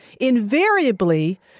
invariably